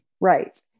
Right